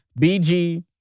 BG